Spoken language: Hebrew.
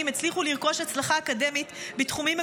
הצליחו לרכוש הצלחה אקדמית בתחומים מגוונים.